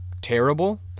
terrible